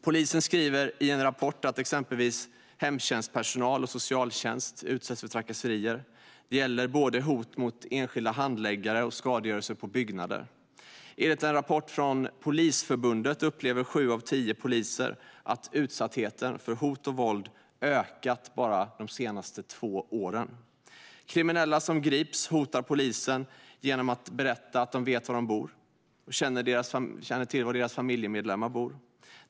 Polisen skriver i en rapport att exempelvis hemtjänstpersonal och socialtjänst utsätts för trakasserier. Det gäller både hot mot enskilda handläggare och skadegörelse på byggnader. Enligt en rapport från Polisförbundet upplever sju av tio poliser att utsattheten för hot och våld har ökat bara de senaste två åren. Kriminella som grips hotar polisen genom att berätta att de vet var de och deras familjemedlemmar bor.